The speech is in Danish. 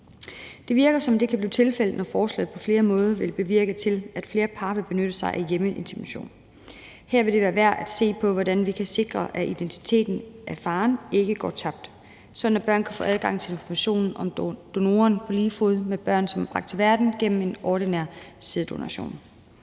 Det virker, som om det kan blive tilfældet, når forslaget på flere måder vil bevirke, at flere par vil benytte sig af hjemmeinsemination. Her vil det være værd at se på, hvordan vi kan sikre, at identiteten af faren ikke går tabt, sådan at børnene kan få adgang til information om donoren på lige fod med børn, som er bragt til verden gennem en ordinær sæddonation.